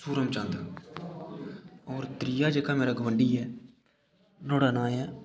सूरम चंद होर त्रीआ जेह्का मेरा गोआंडी ऐ नोआड़ा नांऽ ऐ